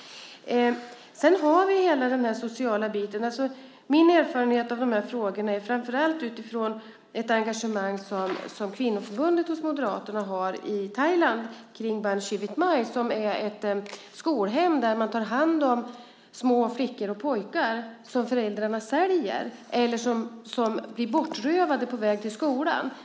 Vi har hela den sociala biten. Min erfarenhet av de här frågorna är framför allt utifrån ett engagemang som kvinnoförbundet hos Moderaterna har i Thailand kring Baan Chivit Mai som är ett skolhem där man tar hand om små flickor och pojkar som föräldrarna säljer eller som blir bortrövade på väg till skolan.